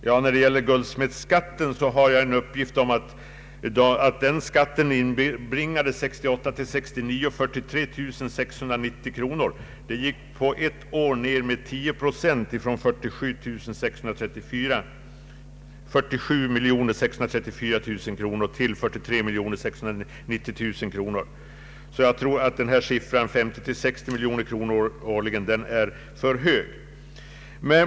Jag har en uppgift om att guldsmedsskatten 1968/69 inbringade 43 690 000 kronor. Beloppet gick på eti år ned med 10 procent från 47 634 000 kronor. Jag tror att 60 miljoner kronor årligen är en för hög siffra.